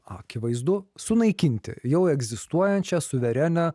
akivaizdu sunaikinti jau egzistuojančią suverenią